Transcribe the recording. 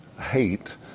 hate